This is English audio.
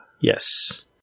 Yes